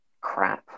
Crap